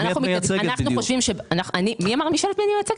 אני מייצגת את הציבור.